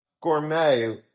gourmet